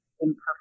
imperfect